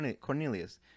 Cornelius